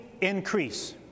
increase